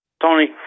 Tony